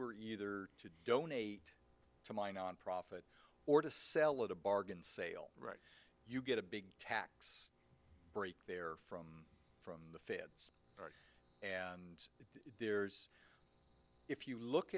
were either to donate to my nonprofit or to sell at a bargain sale right you get a big tax break there from from the feds and there's if you look